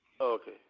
Okay